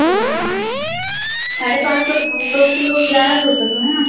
चलो ठीक है साढ़े पाँच सौ दो किलो ग्यारह सौ रुपये हुए है न